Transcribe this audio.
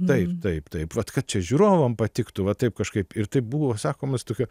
taip taip taip vat kad čia žiūrovam patiktų va taip kažkaip ir tai buvo sakoma tokia